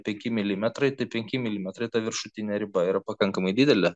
penki milimetrai tai penki milimetrai ta viršutinė riba yra pakankamai didelė